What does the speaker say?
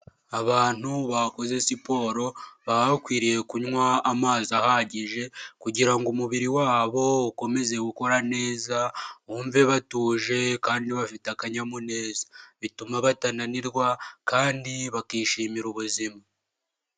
Abantu bakoze siporo baba bakwiriye kunywa amazi ahagije kugira ngo umubiri wabo ukomeze gukora neza bumve batuje kandi bafite akanyamuneza, bituma batananirwa kandi bakishimira ubuzima.